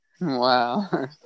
Wow